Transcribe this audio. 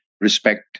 respect